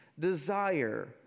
Desire